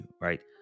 right